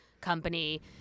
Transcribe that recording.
company